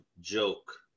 joke